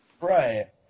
Right